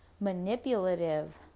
manipulative